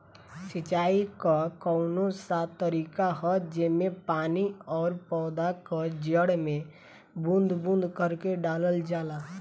सिंचाई क कउन सा तरीका ह जेम्मे पानी और पौधा क जड़ में बूंद बूंद करके डालल जाला?